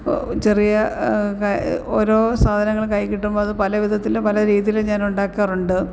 ചെറിയ ഓരോ സാധനങ്ങളും കൈയില് കിട്ടുമ്പോള് അത് പല വിധത്തിലും പല രീതീലും ഞാനുണ്ടാക്കാറുണ്ട്